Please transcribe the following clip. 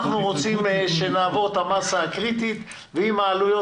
אנחנו רוצים שנעבור את המסה הקריטית ואם העלויות